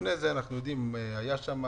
לפני כן אנחנו יודעים שהייתה שם